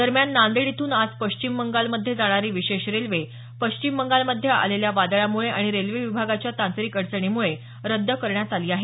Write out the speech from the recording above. दरम्यान नांदेड इथून आज पश्चिम बंगालमध्ये जाणारी विशेष श्रमिक रेल्वे पश्चिम बंगालमध्ये आलेल्या वादळामुळे आणि रेल्वे विभागाच्या तांत्रिक अडचणीमुळे रद्द करण्यात आली आहे